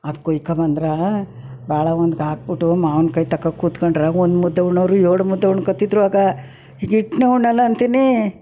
ಅದು ಕುಯ್ಕೊ ಬಂದ್ರೆ ಭಾಳ ಒಂದು ಹಾಕ್ಬಿಟ್ಟು ಮಾವಿನ್ಕಾಯಿ ತಗೊ ಕೂತ್ಕೊಂಡ್ರೆ ಒಂದು ಮುದ್ದೆ ಉಣ್ಣೋರು ಎರಡು ಮುದ್ದೆ ಉಣ್ಕೊಳ್ತಿದ್ರು ಆಗ ಈಗ ಹಿಟ್ಟನ್ನೇ ಉಣ್ಣೋಲ್ಲ ಅಂತೀನಿ